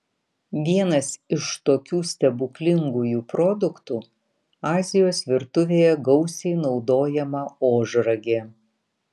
vienas iš tokių stebuklingųjų produktų azijos virtuvėje gausiai naudojama ožragė